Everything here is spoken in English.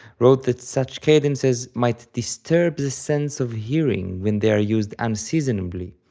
wrote that such cadences might disturb the sense of hearing when they are used unseasonably,